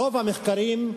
רוב המחקרים,